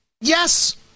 Yes